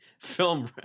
film